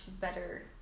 better